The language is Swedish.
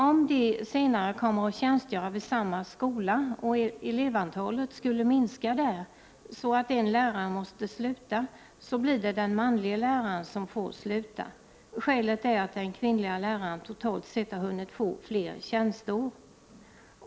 Om de senare kommer att tjänstgöra vid samma skola och om elevantalet vid skolan skulle minska så att en lärare måste sluta, blir det den manlige läraren som får sluta. Skälet är att den kvinnliga läraren totalt sett har hunnit få fler tjänsteår.